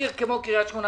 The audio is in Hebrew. עיר כמו קריית שמונה,